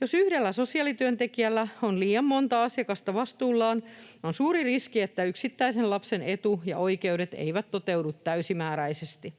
Jos yhdellä sosiaalityöntekijällä on liian monta asiakasta vastuullaan, on suuri riski, että yksittäisen lapsen etu ja oikeudet eivät toteudu täysimääräisesti.